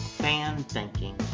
Fan-thinking